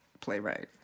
playwright